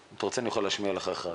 אם אתה רוצה אני יכול להשמיע לך אחר